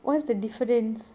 what's the difference